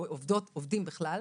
או עובדים בכלל,